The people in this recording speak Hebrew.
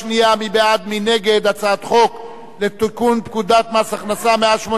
מי בעד ומי נגד הצעת חוק לתיקון פקודת מס הכנסה (מס' 188)